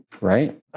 Right